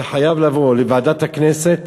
זה חייב לבוא לוועדת הכנסת